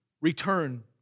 return